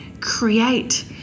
create